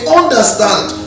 understand